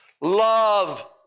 Love